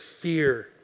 fear